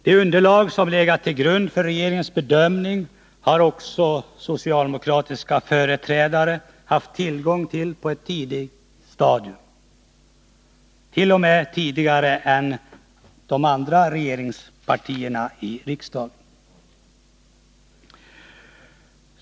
Det underlag som legat till grund för regeringens bedömning har också socialdemokratiska företrädare haft tillgång till på ett tidigt stadium, t.o.m. tidigare än de andra partierna i riksdagen. "